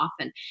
often